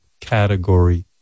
category